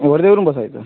वर्धेवरून बसायचं